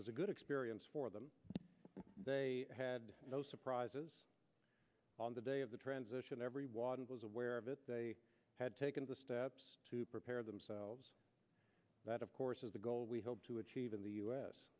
was a good experience for them they had no surprises on the day of the transition every was aware of it they had taken the steps to prepare themselves that of course is the goal we hope to achieve in the u